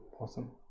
awesome